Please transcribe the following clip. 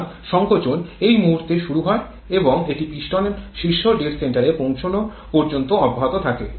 সুতরাং সংকোচন এই মুহুর্তে শুরু হয় এবং এটি পিস্টন শীর্ষ ডেড সেন্টারে পৌঁছানো পর্যন্ত অব্যাহত থাকে